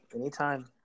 anytime